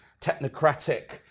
technocratic